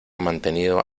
mantenido